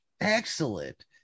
Excellent